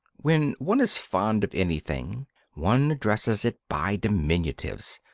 when one is fond of anything one addresses it by diminutives,